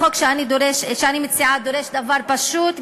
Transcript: החוק שאני מציעה דורש דבר פשוט,